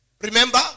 Remember